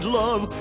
love